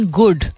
good